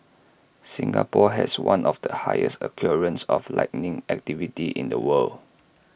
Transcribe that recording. Singapore has one of the highest occurrences of lightning activity in the world